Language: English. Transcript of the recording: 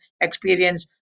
experience